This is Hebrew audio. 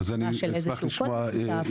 יצירה של איזה שהוא קוד משותף.